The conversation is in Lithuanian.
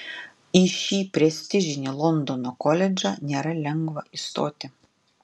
į šį prestižinį londono koledžą nėra lengva įstoti